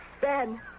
ben